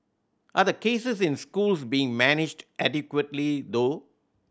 are the cases in schools being managed adequately though